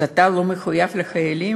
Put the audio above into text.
אז אתה לא מחויב לחיילים?